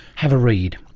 have a read.